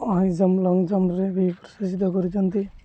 high jump long ଜମ୍ପରେ ବି ପ୍ରଶାସିତ କରୁଛନ୍ତି